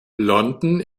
london